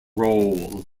role